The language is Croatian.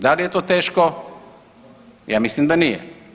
Da li je to teško, ja mislim da nije.